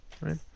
Right